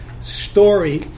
story